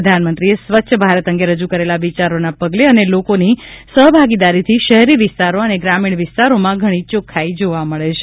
પ્રધાનમંત્રીએ સ્વચ્છ ભારત અંગે રજુ કરેલા વિચારોના પગલે અને લોકોની સહભાગીદારીથી શહેરી વિસ્તારો અને ગ્રામીજા વિસ્તારોમાં ઘણી ચોખ્ખાઈ જોવા મળે છે